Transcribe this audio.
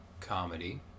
comedy